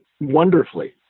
wonderfully